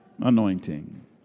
Anointing